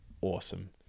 awesome